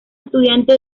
estudiante